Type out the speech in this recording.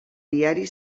diari